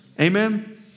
amen